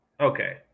Okay